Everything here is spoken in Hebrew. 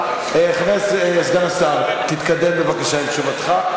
סגן השר, תתקדם בבקשה עם תשובתך.